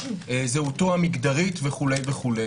זהותו המגדרית וכו' וכו',